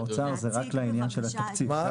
האוצר הוא רק לעניין של התקציב.